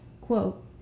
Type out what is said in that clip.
quote